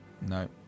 No